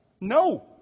No